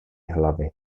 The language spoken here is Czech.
hlavy